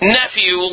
nephew